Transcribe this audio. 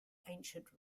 ancient